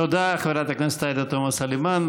תודה, חברת הכנסת עאידה תומא סלימאן.